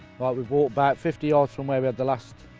we've walked about fifty yards from where we had the last,